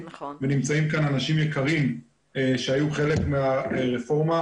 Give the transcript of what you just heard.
ונמצאים כאן אנשים יקרים שהיו חלק מהרפורמה,